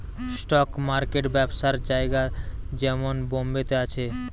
stock market ব্যবসার জায়গা যেমন বোম্বে তে আছে